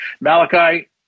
malachi